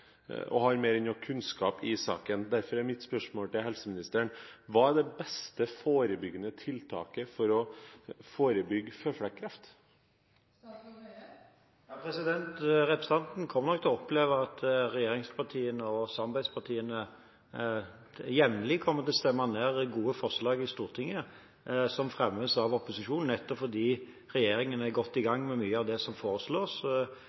har mer enn nok kunnskap i saken. Derfor er mitt spørsmål til helseministeren: Hva er det beste forebyggende tiltaket for å forebygge føflekkreft? Representanten kommer nok til å oppleve at regjeringspartiene og samarbeidspartiene jevnlig kommer til å stemme ned gode forslag i Stortinget som fremmes av opposisjonen, nettopp fordi regjeringen er godt i gang med mye av det som foreslås,